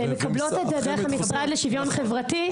-- והן מקבלות את זה דרך המשרד לשוויון חברתי.